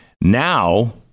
Now